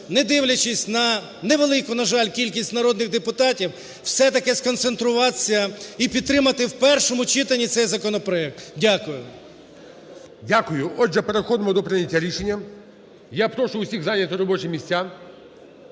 не дивлячись на невелику, на жаль, кількість народних депутатів, все-таки сконцентруватися і підтримати в першому читанні цей законопроект. Дякую. ГОЛОВУЮЧИЙ. Дякую. Отже, переходимо до прийняття рішення. Я прошу усіх зайняти робочі місця,